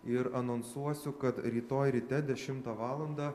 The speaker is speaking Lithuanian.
ir anonsuosiu kad rytoj ryte dešimtą valandą